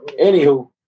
Anywho